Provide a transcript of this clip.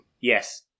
Yes